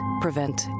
prevent